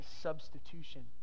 substitution